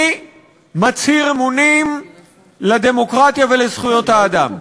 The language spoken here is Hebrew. אני מצהיר אמונים לדמוקרטיה ולזכויות האדם,